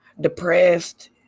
depressed